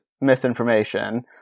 misinformation